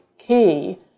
key